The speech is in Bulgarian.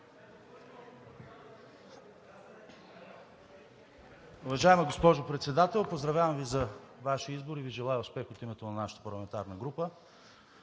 Уважаема госпожо Председател, поздравявам Ви за Вашия избор и Ви желая успех от името на нашата парламентарна група.